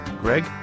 Greg